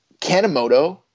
Kanemoto